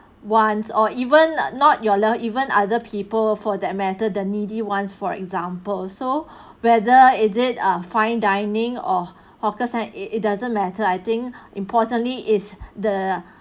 ones or even not your love even other people for that matter the needy ones for example so whether is it ah fine dining or hawker center it it doesn't matter I think importantly is the